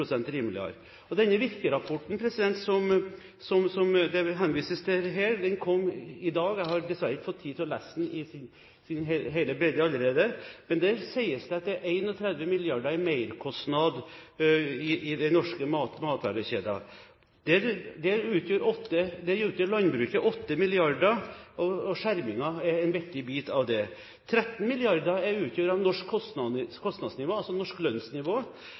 rimeligere. Den Virke-rapporten som det vises til her, kom i dag. Jeg har dessverre ennå ikke fått tid til å lese den i hele sin bredde, men der sies det at det er 31 mrd. kr i merkostnad for de norske matvarekjedene. Det utgjør for landbruket 8 mrd. kr – og skjermingen er en viktig bit av det – 13 mrd. kr skyldes norsk kostnadsnivå, altså norsk lønnsnivå,